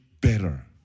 better